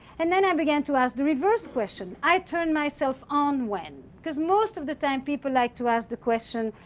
and then i began to ask the reverse question. i turn myself on when. because most of the time, people like to ask the question,